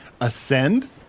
ascend